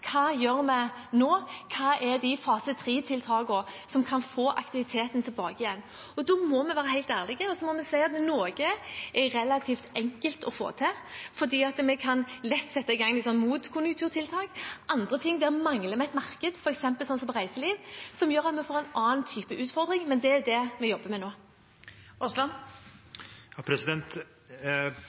Hva gjør vi nå? Hva er fase tre-tiltakene som kan få aktiviteten tilbake igjen? Da må vi være helt ærlige og si at noe er relativt enkelt å få til, fordi vi lett kan sette i gang motkonjunkturtiltak. På andre områder mangler vi et marked, f.eks. for reiseliv, noe som gjør at vi får en annen type utfordring. Det er det vi jobber med nå.